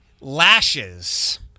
lashes